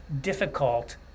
difficult